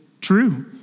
true